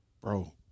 bro